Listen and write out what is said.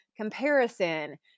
Comparison